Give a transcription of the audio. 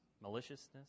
maliciousness